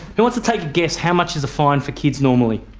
who wants to take a guess, how much is a fine for kids normally?